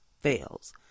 fails